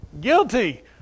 Guilty